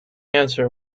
answer